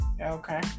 Okay